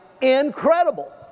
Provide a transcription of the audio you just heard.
incredible